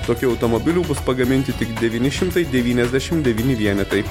tokių automobilių bus pagaminti tik devyni šimtai devyniasdešim devyni vienetai